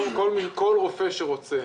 כל רופא שרוצה.